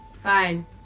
Fine